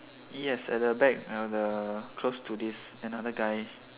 yes at the back uh the close to this another guy